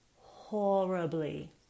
horribly